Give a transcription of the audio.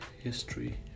history